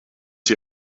sie